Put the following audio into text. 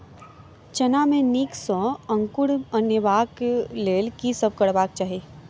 चना मे नीक सँ अंकुर अनेबाक लेल की सब करबाक चाहि?